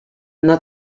not